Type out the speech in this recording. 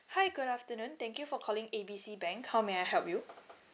hi good afternoon thank you for calling A B C bank how may I help you